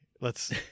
Let's-